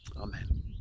Amen